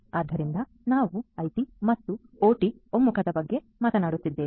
ಆದ್ದರಿಂದ ನಾವು ಐಟಿ ಮತ್ತು ಒಟಿ ಒಮ್ಮುಖದ ಬಗ್ಗೆ ಮಾತನಾಡುತ್ತಿದ್ದೇವೆ